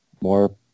more